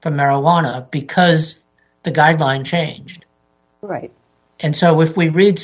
for marijuana because the guideline changed right and so if we read